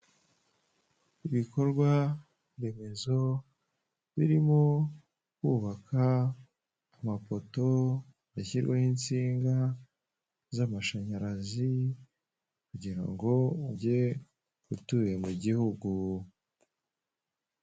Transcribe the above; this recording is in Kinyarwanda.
Ibikorwa remezo birimo kubaka amapoto hashyirwaho insinga z'amashanyarazi kugirango ngo ugere utuye mu gihugu.